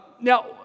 Now